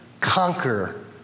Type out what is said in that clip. conquer